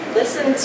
listen